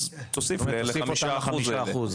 אז תוסיף אותם ל-5%.